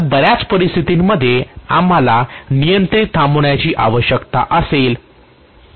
तर बऱ्याच परिस्थितींमध्ये आम्हाला नियंत्रित थांबण्याची आवश्यकता असेल